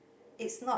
it's not